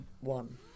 one